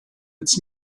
its